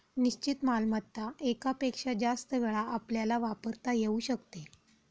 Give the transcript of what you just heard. निश्चित मालमत्ता एकापेक्षा जास्त वेळा आपल्याला वापरता येऊ शकते